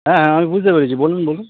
হ্যাঁ হ্যাঁ আমি বুঝতে পেরেছি বলুন বলুন